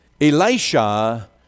Elisha